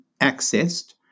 accessed